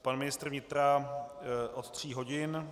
Pan ministr vnitra od tří hodin.